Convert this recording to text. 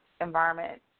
environment